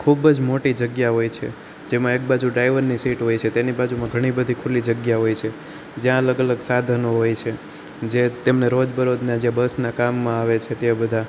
ખૂબ જ મોટી જગ્યા હોય છે જેમાં એકબાજુ ડ્રાઇવર ની સીટ હોય છે તેની બાજુમાં ઘણી બધી ખૂલ્લી જગ્યા હોય છે જ્યાં અલગ અલગ સાધનો હોય છે જે તેમને રોજબરોજનાં જે બસના કામમાં આવે છે તે બધાં